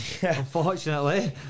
unfortunately